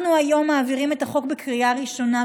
אנחנו היום מעבירים את החוק בקריאה ראשונה,